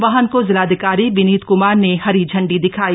वाहन को जिलाधिकारी विनीत कुमार ने हरी झंडी दिखाई